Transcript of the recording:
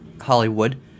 Hollywood